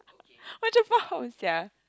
macam faham sia